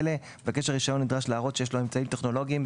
מבקש הרישיון נדרש להראות כי יש לו אמצעים טכנולוגיים,